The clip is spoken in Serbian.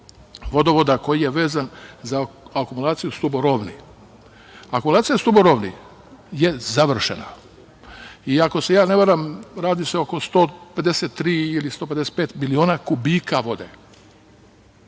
vodovoda koji je vezan za akumulaciju stuborolni. Akumulacija stuborolni je završena. I ako se ja ne varam radi se oko 153 ili 155 biliona kubika vode.